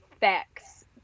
facts